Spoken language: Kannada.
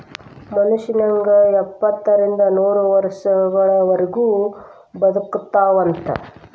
ಮನುಷ್ಯ ನಂಗ ಎಪ್ಪತ್ತರಿಂದ ನೂರ ವರ್ಷಗಳವರಗು ಬದಕತಾವಂತ